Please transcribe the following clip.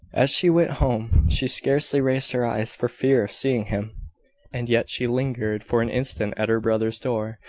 as she went home, she scarcely raised her eyes, for fear of seeing him and yet she lingered for an instant at her brother's door,